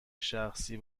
شخصی